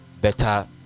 better